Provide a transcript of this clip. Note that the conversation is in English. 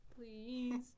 Please